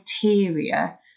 criteria